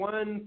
One